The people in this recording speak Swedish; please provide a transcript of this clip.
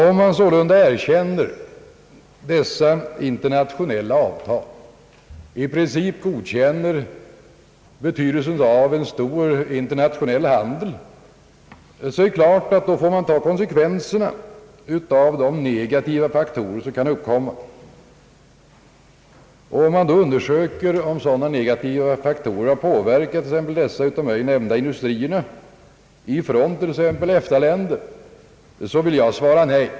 Om man sålunda erkänner dessa internationella avtal, i princip godkänner betydelsen av en stor internationell handel, får man självfallet ta konsekvenserna av de negativa faktorer som kan uppkomma. Om man frågar huruvida sådana negativa faktorer i form av konkurrens från t.ex. EFTA-länder har påverkat de av mig nämnda industrierna, vill jag svara nej.